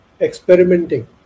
experimenting